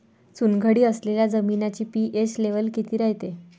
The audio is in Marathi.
चुनखडी असलेल्या जमिनीचा पी.एच लेव्हल किती रायते?